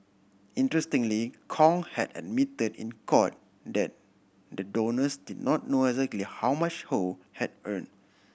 interestingly Kong had admitted in court that the donors did not know exactly how much Ho had earn